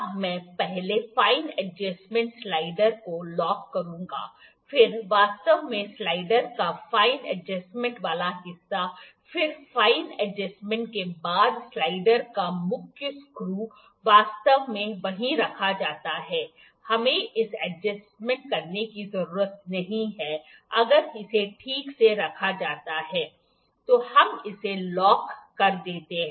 अब मैं पहले फाइन एडजस्टमेंट स्लाइडर को लॉक करूंगा फिर वास्तव में स्लाइडर का फाइन एडजस्टमेंट वाला हिस्सा फिर फाइन एडजस्टमेंट के बाद स्लाइडर का मुख्य स्क्रू वास्तव में वहीं रखा जाता है हमें इसे एडजस्ट करने की जरूरत नहीं है अगर इसे ठीक से रखा जाता है तो हम इसे लॉक कर देते हैं